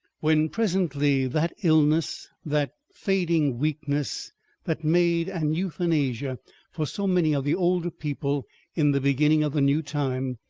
when presently that illness, that fading weakness that made an euthanasia for so many of the older people in the beginning of the new time,